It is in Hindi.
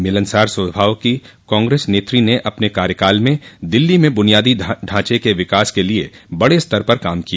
मिलन सार स्वभाव की कांग्रेस नेत्री ने अपने कार्यकाल में दिल्ली में बुनियादी ढांचे के विकास के लिये बड़े स्तर पर काम किया